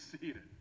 seated